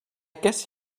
guess